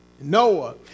Noah